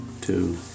two